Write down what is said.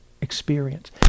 experience